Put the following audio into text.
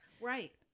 Right